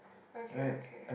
okay okay